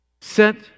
Set